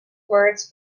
words